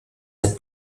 had